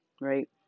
right